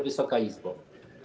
Wysoka Izbo!